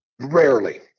rarely